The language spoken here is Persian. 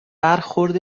برخورد